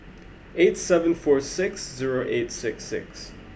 eight seven four six zero eight six six